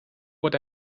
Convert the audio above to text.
what